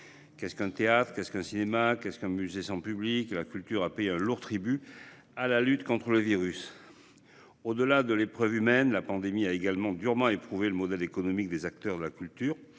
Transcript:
Qu'est-ce qu'un théâtre, qu'est-ce qu'un cinéma, qu'est-ce qu'un musée sans public ? La culture a payé un lourd tribut à la lutte contre le virus. Au-delà de l'épreuve humaine, la pandémie a également durement éprouvé les modèles économiques des acteurs de la culture.